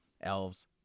elves